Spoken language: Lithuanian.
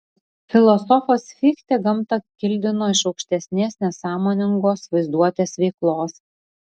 filosofas fichtė gamtą kildino iš aukštesnės nesąmoningos vaizduotės veiklos